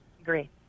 Agree